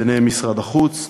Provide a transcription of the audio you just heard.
בהם משרד החוץ,